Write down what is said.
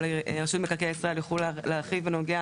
אולי רשות מקרקעי ישראל יוכלו להרחיב בנוגע